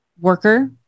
worker